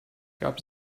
gab